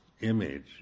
image